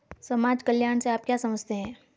समाज कल्याण से आप क्या समझते हैं?